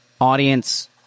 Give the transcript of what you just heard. audience –